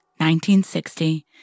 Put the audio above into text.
1960